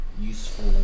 useful